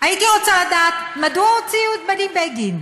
הייתי רוצה לדעת, מדוע הוציאו את בני בגין?